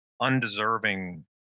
undeserving